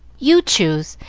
you choose,